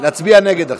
נצביע נגד עכשיו.